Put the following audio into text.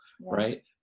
right